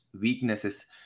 weaknesses